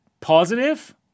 positive